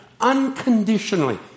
unconditionally